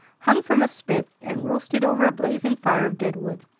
hung from a spit, and roasted over a blazing fire of deadwood.